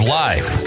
life